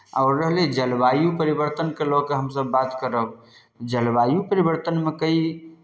आओर रहलै जलवायु परिवर्तनकेँ लऽ कऽ हमसभ बात करब जलवायु परिवर्तनमे कई